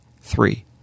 Three